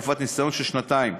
לתקופת ניסיון של שנתיים.